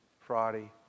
Friday